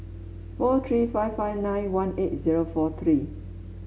four three five five nine one eight zero four three